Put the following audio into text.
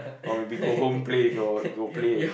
or will be go home play with your your play